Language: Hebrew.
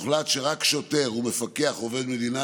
4. הוחלט שרק שוטר או מפקח עובד מדינה